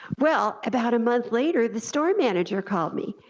well, about a month later, the store manager called me.